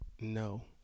No